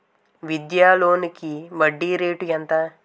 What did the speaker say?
విద్యా లోనికి వడ్డీ రేటు ఎంత?